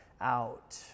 out